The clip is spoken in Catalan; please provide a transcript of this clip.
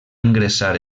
ingressar